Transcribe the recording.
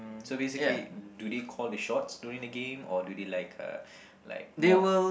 so basically do they call the shots during the game or do they like uh like mob